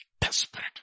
desperate